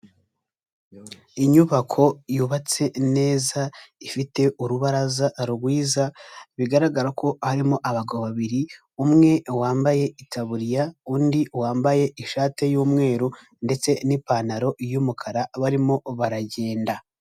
Inyubako yubatse neza, ifite urubaraza rwiza, bigaragara ko harimo abagabo babiri, umwe wambaye itaburiya undi wambaye ishati y'umweru ndetse n'ipantaro y'umukara barimo baragenda.